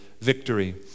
victory